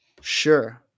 Sure